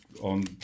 on